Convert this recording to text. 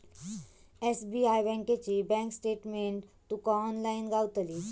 SBI बँकेची bank statement तुका online गावतली